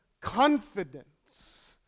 confidence